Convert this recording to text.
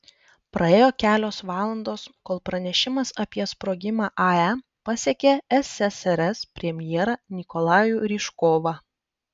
praėjo kelios valandos kol pranešimas apie sprogimą ae pasiekė ssrs premjerą nikolajų ryžkovą